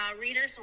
readers